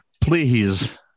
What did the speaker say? Please